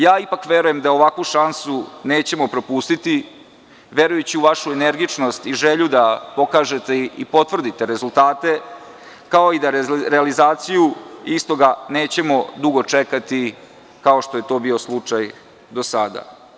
Ja ipak verujem da ovakvu šansu nećemo propustiti, verujući u vašu energičnost i želju da pokažete i potvrdite rezultate, kao i da realizaciju istoga nećemo dugo čekati, kao što je to bio slučaj do sada.